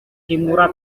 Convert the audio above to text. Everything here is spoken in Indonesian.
kimura